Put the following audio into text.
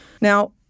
Now